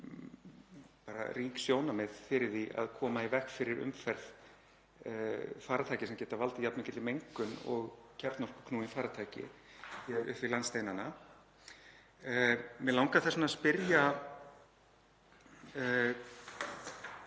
segir, rík sjónarmið fyrir því að koma í veg fyrir umferð farartækja sem geta valdið jafn mikilli mengun og kjarnorkuknúin farartæki hér upp við landsteinana. Mig langar þess vegna að spyrja